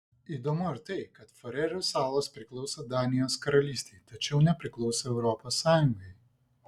įdomu ir tai kad farerų salos priklauso danijos karalystei tačiau nepriklauso europos sąjungai